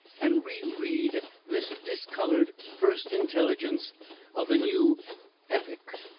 and reread this discolored first intelligence of the new epoch.